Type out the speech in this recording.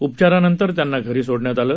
उपचारानंतर त्यांना घरी सोडण्यात आलं